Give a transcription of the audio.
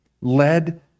led